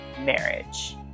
marriage